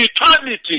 eternity